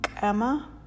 Emma